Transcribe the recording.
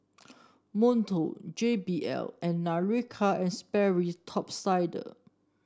Monto J B L and Nautica And Sperry Top Sider